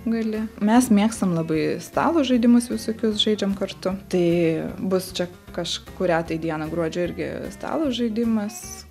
gali mes mėgstam labai stalo žaidimus visokius žaidžiame kartu tai bus čia kažkurią dieną gruodžio irgi stalo žaidimas